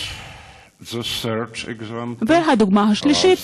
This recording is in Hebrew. והדוגמה השלישית,